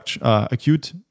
acute